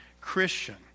Christian